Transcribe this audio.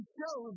show